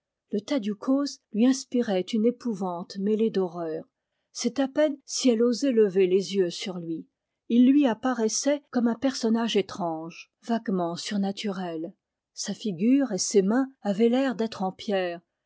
le tadiou coz lui inspirait une épouvante mêlée d'horreur c'est à peine si elle osait lever les yeux sur lui il lui apparaissait comme un personnage étrange vaguement surnaturel sa figure et ses mains avaient l'air d'être en pierre